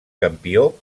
campió